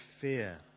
fear